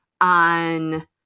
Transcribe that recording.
on